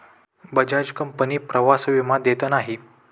Bajaj company प्रवास विमा देत नाही